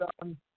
done